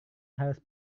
harus